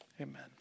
amen